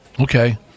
okay